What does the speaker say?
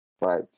right